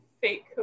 fake